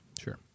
Sure